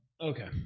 Okay